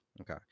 Okay